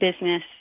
business